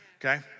okay